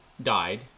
died